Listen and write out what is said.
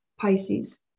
Pisces